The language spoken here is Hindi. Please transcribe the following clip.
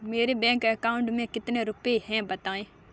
मेरे बैंक अकाउंट में कितने रुपए हैं बताएँ?